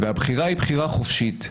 והבחירה היא בחירה חופשית.